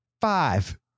five